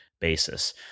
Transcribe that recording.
basis